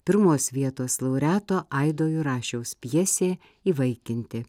pirmos vietos laureato aido jurašiaus pjesė įvaikinti